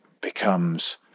becomes